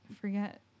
forget